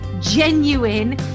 genuine